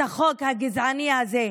את החוק הגזעני הזה,